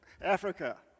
Africa